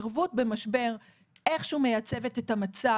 התערבות במשבר ואיך שהוא מייצבת את המצב